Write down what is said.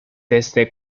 desde